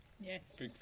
Yes